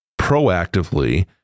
proactively